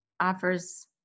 offers